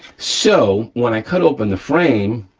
so when i cut open the frame,